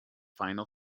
final